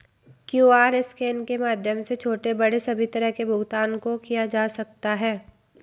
QR scan के माध्यम से छोटे बड़े सभी तरह के भुगतान को किया जा सकता है